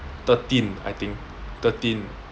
thirteen I think thirteen